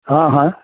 हँ हाँ